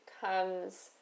comes